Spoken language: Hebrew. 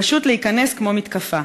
פשוט להיכנס כמו מתקפה,